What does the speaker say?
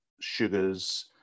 sugars